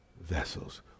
vessels